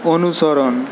অনুসরণ